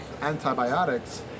antibiotics